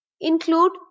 include